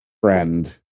friend